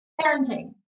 parenting